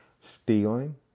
Stealing